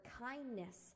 kindness